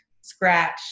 scratch